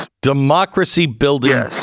Democracy-building